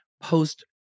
post